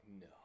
no